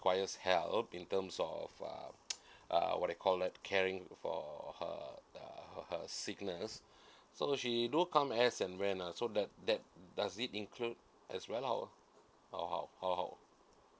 requires else help in terms of uh uh what they call that caring for her uh her her sickness so she do come as an rent uh so that that does it include as well how how how how how